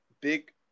big